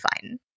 fine